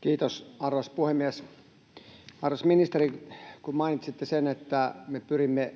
Kiitos, arvoisa puhemies! Arvoisa ministeri, kun mainitsitte sen, että me pyrimme